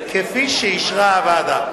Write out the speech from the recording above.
כפי שאישרה הוועדה.